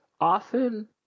often